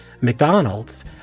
McDonald's